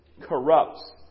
corrupts